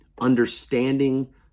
understanding